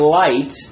light